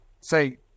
Say